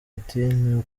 atini